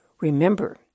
Remember